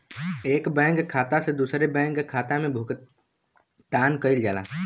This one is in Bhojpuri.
एक बैंक खाता से दूसरे बैंक खाता में भुगतान कइल जाला